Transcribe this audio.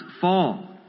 fall